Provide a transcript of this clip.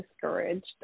discouraged